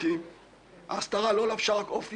"אתה לא יכול להצביע במליאה",